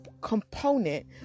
component